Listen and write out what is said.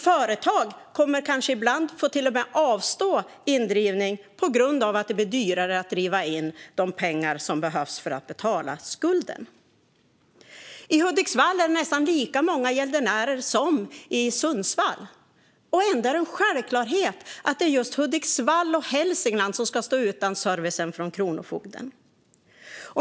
Företag kommer kanske ibland till och med att få avstå indrivning på grund av att det blir dyrare att driva in de pengar som behövs för att betala skulden. I Hudiksvall är det nästan lika många gäldenärer som i Sundsvall. Ändå är det en självklarhet att det är just Hudiksvall och Hälsingland som ska stå utan servicen från Kronofogden.